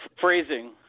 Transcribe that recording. Phrasing